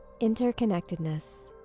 Interconnectedness